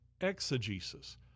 exegesis